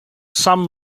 some